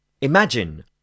Imagine